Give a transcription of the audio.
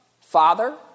father